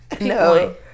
no